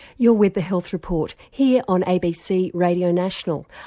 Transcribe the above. you're with the health report here on abc radio national,